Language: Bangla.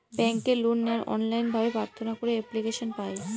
ব্যাঙ্কে লোন নেওয়ার অনলাইন ভাবে প্রার্থনা করে এপ্লিকেশন পায়